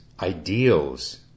ideals